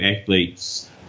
athletes